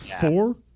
Four